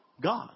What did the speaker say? God